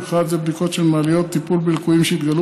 ובכלל זה בדיקות של מעליות וטיפול בליקויים שהתגלו